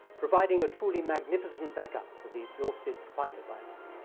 providing a truly magnificent backup for the exhausted fighter but